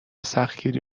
سختگیری